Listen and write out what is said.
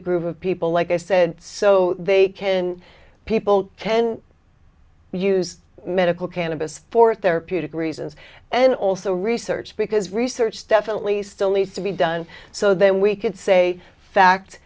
a group of people like i said so they can people can use medical cannabis for therapeutic reasons and also research because research definitely still needs to be done so then we can say fact